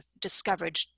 discovered